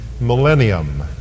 millennium